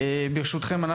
ברשותכם,